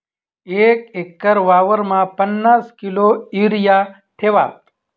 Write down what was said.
एक एकर वावरमा पन्नास किलो युरिया ठेवात